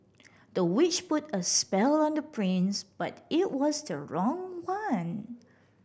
the witch put a spell on the prince but it was the wrong one